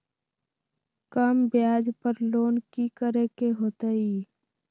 कम ब्याज पर लोन की करे के होतई?